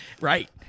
right